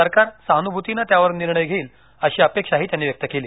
सरकार सहानुभूतीनं त्यावर निर्णय घेईलअशी अपेक्षा त्यांनी व्यक्त केली